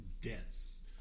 dense